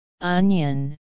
onion